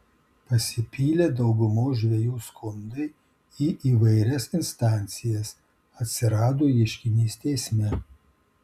pasipylė daugumos žvejų skundai į įvairias instancijas atsirado ieškinys teisme